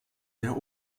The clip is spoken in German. der